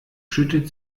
schüttet